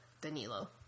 Danilo